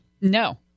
No